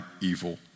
evil